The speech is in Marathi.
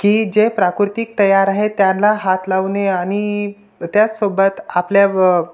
की जे प्राकृतिक तयार आहे त्यांना हात लावू नये आणि त्याचसोबत आपल्या व